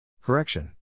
Correction